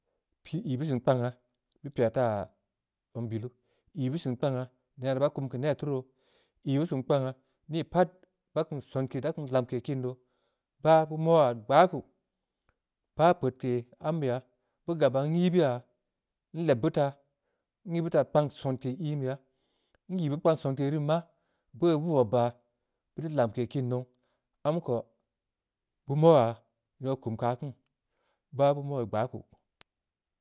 Pii ii beu seun kpangha, beu pii ya taa zong billu, ii beu seun kpangha, nenaa baa kum keu neh taa roo, ii beu seun kpangha, nii pat da kum sonke, da kum lamke kiin doo, bah beu moya. gbakuu, npah peudke ambeya. beu gabya n’ii buya. nleb beu taa. nyii beu taa kpang sonke ii beya, nyii beu kpang sonke rii maa. beuno beu bob ya. beurii lanke kiin nouw. am ko. beu moya. oo kum keu aah kin. bah beu moi gbaku